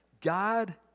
God